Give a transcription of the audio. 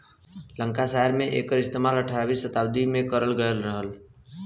Lancashire में एकर इस्तेमाल अठारहवीं सताब्दी में करल गयल रहल